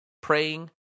praying